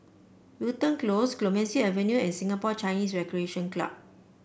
Wilton Close Clemenceau Avenue and Singapore Chinese Recreation Club